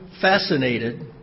fascinated